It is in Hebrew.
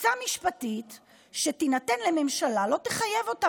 עצה משפטית שתינתן לממשלה לא תחייב אותה